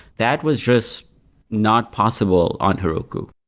that was just not possible on heroku